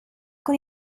con